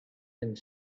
and